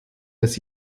des